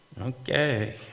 Okay